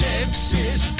Texas